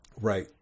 Right